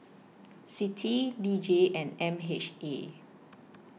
CITI D J and M H A